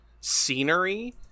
scenery